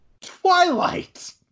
Twilight